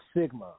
sigma